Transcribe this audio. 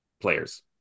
players